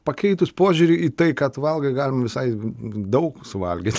pakeitus požiūrį į tai ką tu valgai galima visai daug suvalgyti